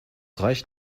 reicht